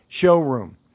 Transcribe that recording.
showroom